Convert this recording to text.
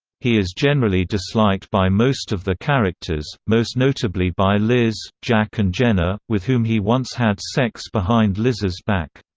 he is generally disliked by most of the characters, most notably by liz, jack and jenna, with whom he once had sex behind liz's back.